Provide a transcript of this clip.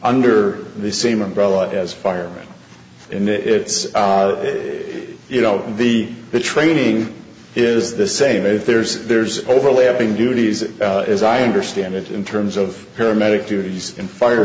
under the same umbrella as firemen and it's you know the training is the same if there's there's overlapping duties as i understand it in terms of paramedic duties and fire